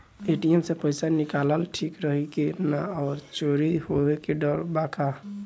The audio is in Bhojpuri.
ए.टी.एम से पईसा निकालल ठीक रही की ना और चोरी होये के डर बा का?